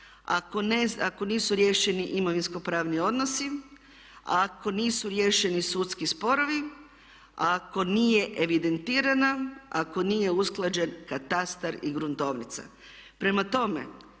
ako nisu riješeni imovinsko pravni odnosi, ako nisu riješeni sudski sporovi ako nije evidentirana, ako nije usklađen katastar i gruntovnica. Prema tome